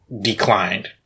declined